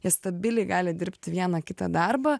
jie stabiliai gali dirbti vieną kitą darbą